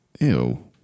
Ew